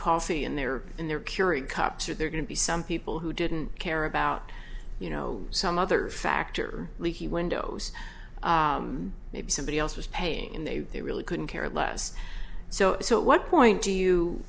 coffee in their in their curing cups or they're going to be some people who didn't care about you know some other factor leaky windows maybe somebody else was paying in they really couldn't care less so what point do you